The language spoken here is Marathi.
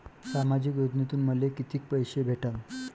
सामाजिक योजनेतून मले कितीक पैसे भेटन?